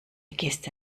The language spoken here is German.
geste